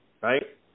right